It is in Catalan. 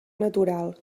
natural